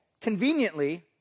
conveniently